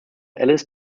ellis